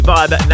Vibe